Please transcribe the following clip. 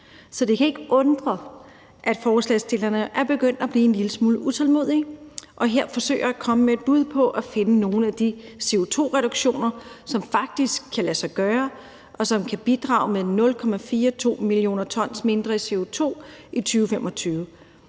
Så det kan ikke undre, at forslagsstillerne er begyndt at blive en lille smule utålmodige og her forsøger at komme med et bud på at finde nogle af de CO2-reduktioner, som faktisk kan lade sig gøre, og som kan bidrage med 0,42 mio. t mindre CO2 i 2025.